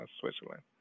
Switzerland